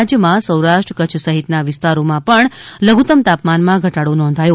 રાજ્યમાં સૌરાષ્ટ્ર કચ્છ સહિતના વિસ્તારોમાં પણ લધુત્તમ તાપમાનમાં ઘટાડો નોંધાયો